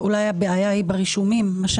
הבעיה היא ברישומים.